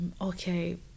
okay